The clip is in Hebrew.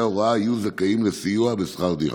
ההוראה יהיו זכאים לסיוע בשכר דירה?